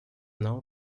know